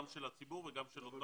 גם של הציבור וגם של אותו נוער.